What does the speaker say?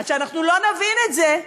עד שאנחנו לא נבין את זה,